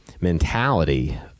mentality